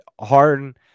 Harden